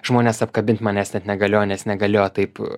žmonės apkabint manęs net negalėjo nes negalėjo taip